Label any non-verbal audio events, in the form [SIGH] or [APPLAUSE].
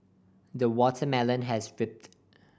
the watermelon has [UNINTELLIGIBLE]